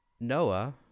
Noah